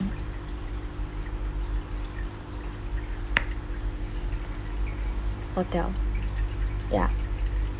hotel ya